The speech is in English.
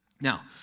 Now